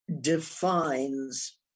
defines